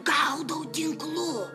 gaudau tinklu